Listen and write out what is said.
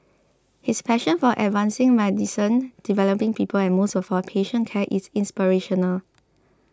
his passion for advancing medicine developing people and most of all patient care is inspirational